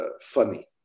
funny